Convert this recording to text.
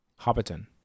Hobbiton